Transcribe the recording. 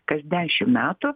kas dešim metų